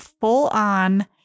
full-on